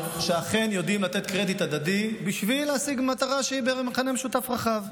שאכן יודעים לתת קרדיט הדדי בשביל להשיג מטרה שהיא במכנה משותף רחב.